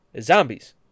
Zombies